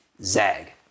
zag